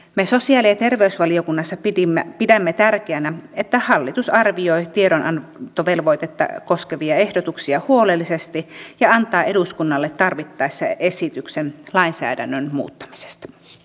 me sosiaali ja terveysvaliokunnassa pidämme tärkeänä että hallitus arvioi tiedonantovelvoitetta koskevia ehdotuksia huolellisesti ja antaa eduskunnalle tarvittaessa esityksen lainsäädännön muuttamisesta